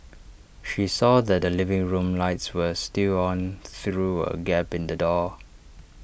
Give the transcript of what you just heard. she saw that the living room lights were still on through A gap in the door